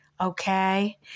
Okay